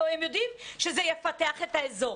הם יודעים שזה יפתח את האזור,